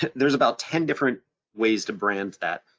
there's about ten different ways to brand that.